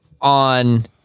on